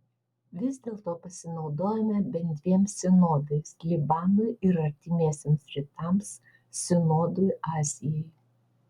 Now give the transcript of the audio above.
vis dėlto pasinaudojome bent dviem sinodais libanui ir artimiesiems rytams sinodui azijai